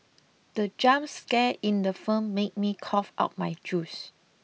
the jump scare in the firm made me cough out my juice